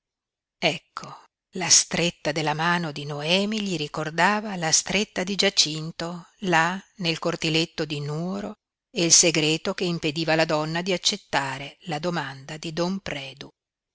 ecco la stretta della mano di noemi gli ricordava la stretta di giacinto là nel cortiletto di nuoro e il segreto che impediva alla donna di accettare la domanda di don predu